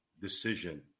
decision